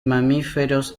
mamíferos